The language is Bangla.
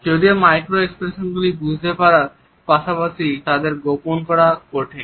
যদিও মাইক্রো এক্সপ্রেশনগুলি বুঝতে পারার পাশাপাশি তাদের গোপন করা কঠিন